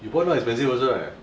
Epon not expensive also right